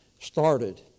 started